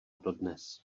dodnes